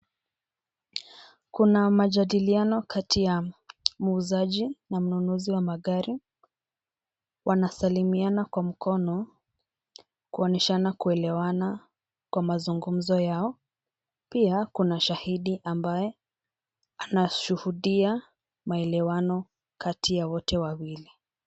Kuna majadiliano kati ya muuzaji na mnunuzi wa magari, wanasalimiana kwa mkono kuonyeshana kuelewana kwa mazungumzo yao, pia kuna shahidi ambaye anashuhudia maelewano kati ya wote wawili.